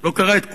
לא קרא את כולו.